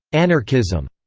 anarchism.